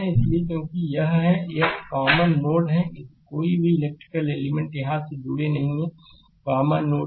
इसलिए क्योंकि यह हैं यह एक कॉमन नोड है कोई इलेक्ट्रिकल एलिमेंट यहां से जुड़े नहीं हैंकॉमन नोड हैं